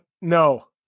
No